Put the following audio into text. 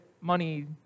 money